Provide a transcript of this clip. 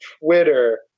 Twitter